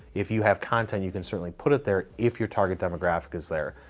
if you have content you can certainly put it there, if your target demographic is there.